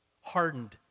hardened